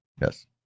yes